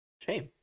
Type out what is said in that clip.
Shame